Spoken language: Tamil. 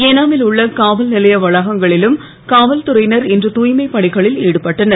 ஏனாமில் உள்ள காவல்நிலைய வளாகங்களிலும் காவல்துறையினர் இன்று தூய்மை பணிகளில் ஈடுபட்டனர்